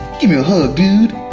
give me a hug dude!